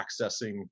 accessing